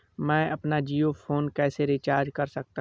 मैं अपना जियो फोन कैसे रिचार्ज कर सकता हूँ?